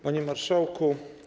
Panie Marszałku!